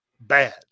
bad